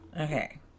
Okay